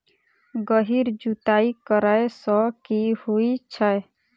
गहिर जुताई करैय सँ की होइ छै?